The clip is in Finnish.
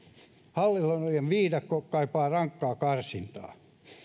hallinnollinen viidakko kaipaa rankkaa karsintaa